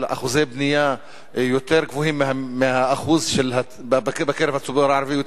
על אחוזי בנייה יותר גבוהים בקרב הציבור הערבי,